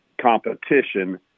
competition